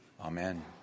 Amen